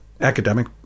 academic